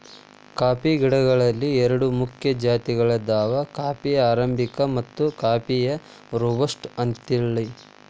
coffee ಗಿಡಗಳಲ್ಲಿ ಎರಡು ಮುಖ್ಯ ಜಾತಿಗಳದಾವ ಕಾಫೇಯ ಅರಾಬಿಕ ಮತ್ತು ಕಾಫೇಯ ರೋಬಸ್ಟ ಅಂತೇಳಿ